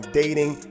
dating